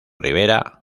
rivera